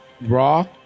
raw